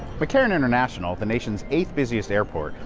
mccarran international, the nation's eighth busiest airport,